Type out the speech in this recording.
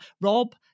Rob